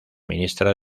ministra